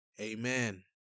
Amen